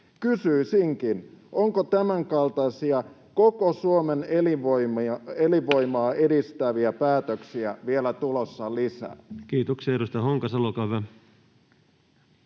Kysyisinkin: onko tämänkaltaisia koko Suomen elinvoimaa edistäviä päätöksiä vielä tulossa lisää? [Speech